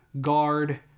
guard